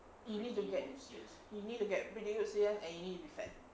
you need to get you need to get really good C_S and you need to defend